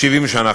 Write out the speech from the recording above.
70 שנה,